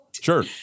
Sure